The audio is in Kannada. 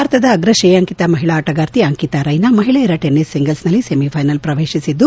ಭಾರತದ ಅಗ್ರ ಕ್ರಯಾಂಕಿತ ಮಹಿಳಾ ಆಟಗಾರ್ತಿ ಅಂಕಿತಾ ರೈನಾ ಮಹಿಳೆಯರ ಟೆನ್ನಿಸ್ ಸಿಂಗಲ್ಸ್ನಲ್ಲಿ ಸಮಿ ಪೈನಲ್ ಪ್ರವೇಶಿಸಿದ್ದು